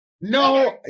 No